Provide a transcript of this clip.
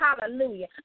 Hallelujah